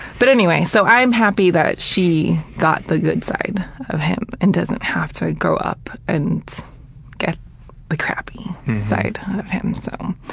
but anyway, so i'm happy that she got the good side of him and doesn't have to grow up and get the crappy side of him, so,